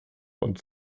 und